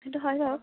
সেইটো হয় বাৰু